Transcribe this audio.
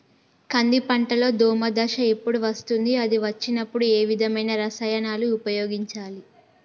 కంది పంటలో దోమ దశ ఎప్పుడు వస్తుంది అది వచ్చినప్పుడు ఏ విధమైన రసాయనాలు ఉపయోగించాలి?